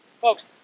Folks